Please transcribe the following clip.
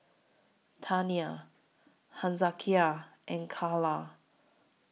Tania Hezekiah and Calla